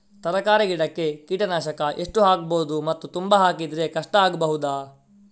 ತರಕಾರಿ ಗಿಡಕ್ಕೆ ಕೀಟನಾಶಕ ಎಷ್ಟು ಹಾಕ್ಬೋದು ಮತ್ತು ತುಂಬಾ ಹಾಕಿದ್ರೆ ಕಷ್ಟ ಆಗಬಹುದ?